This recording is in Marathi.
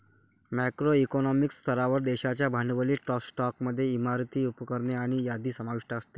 मॅक्रो इकॉनॉमिक स्तरावर, देशाच्या भांडवली स्टॉकमध्ये इमारती, उपकरणे आणि यादी समाविष्ट असते